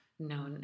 No